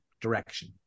direction